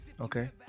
Okay